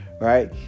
right